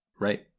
Right